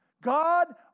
God